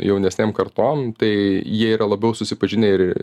jaunesnėm kartom tai jie yra labiau susipažinę ir